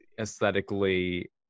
aesthetically